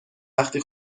وقتی